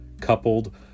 coupled